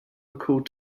recalled